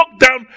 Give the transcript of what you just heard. lockdown